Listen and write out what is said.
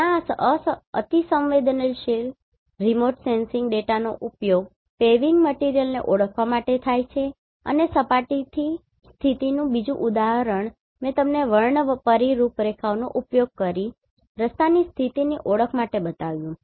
જ્યાં આ અતિસંવેદનશીલ રિમોટ સેન્સિંગ ડેટાનો ઉપયોગ પેવિંગ મટિરિયલને ઓળખવા માટે થાય છે અને સપાટીની સ્થિતિનું બીજું ઉદાહરણ મેં તમને વર્ણપરી રૂપરેખાઓનો ઉપયોગ કરીને રસ્તાની સ્થિતિની ઓળખ માટે બતાવ્યું